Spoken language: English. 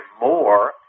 more